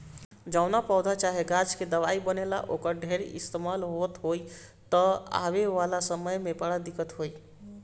जवना पौधा चाहे गाछ से दवाई बनेला, ओकर ढेर इस्तेमाल होई त आवे वाला समय में बड़ा दिक्कत होई